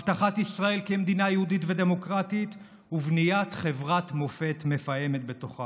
הבטחת ישראל כמדינה יהודית ודמוקרטית ובניית חברת מופת מפעמת בתוכה.